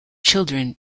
children